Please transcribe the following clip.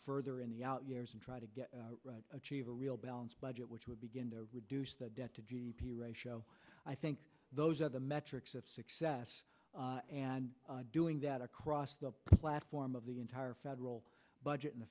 further in the out years and try to get achieve a real balanced budget which would begin to reduce the debt to g d p ratio i think those are the metrics of success and doing that across the platform of the entire federal budget in the